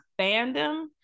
fandom